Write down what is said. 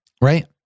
right